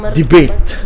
debate